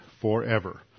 forever